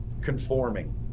conforming